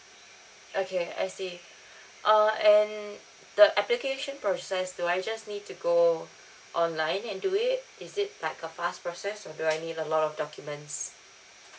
okay I see uh and the application process do I just need to go online and do it is it like a fast process or do I need a lot of documents